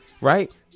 right